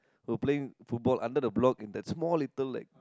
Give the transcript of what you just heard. were playing football under the block in that small little like